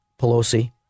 Pelosi